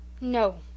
No